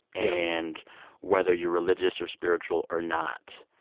and whether you're religious or spiritual or not,